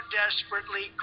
desperately